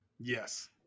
Yes